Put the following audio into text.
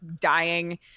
dying